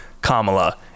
Kamala